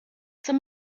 some